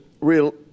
real